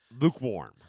lukewarm